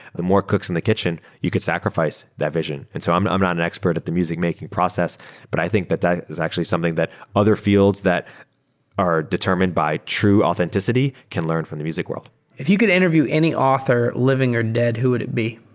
the more cooks in the kitchen, you could sacrifice that vision. and so i'm i'm not an expert at the music making process, but i think that that is actually something that other fields that are determined by true authenticity can learn from the music world if you could interview any author, living or dead, who would it be?